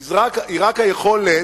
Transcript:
היא רק היכולת,